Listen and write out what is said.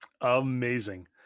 Amazing